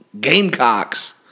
gamecocks